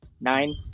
Nine